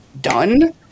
done